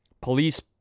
police